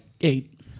Eight